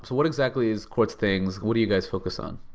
what exactly is quartz things? what are you guys focused on?